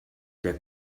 der